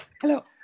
Hello